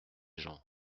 gens